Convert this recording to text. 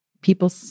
people